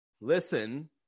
listen